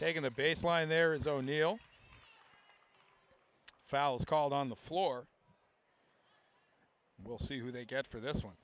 the baseline there is zero neil fouls called on the floor we'll see who they get for this one